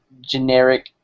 generic